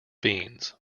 beans